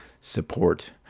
support